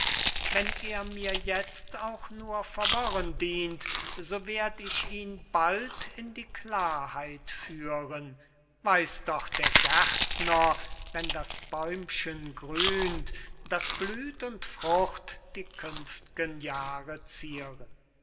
wenn er mir jetzt auch nur verworren dient so werd ich ihn bald in die klarheit führen weiß doch der gärtner wenn das bäumchen grünt daß blüt und frucht die künft'gen jahre zieren